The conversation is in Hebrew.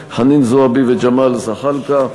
חנין זועבי וג'מאל זחאלקה,